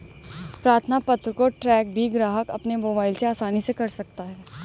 प्रार्थना पत्र को ट्रैक भी ग्राहक अपने मोबाइल से आसानी से कर सकता है